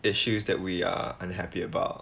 issues that we are unhappy about